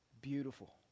beautiful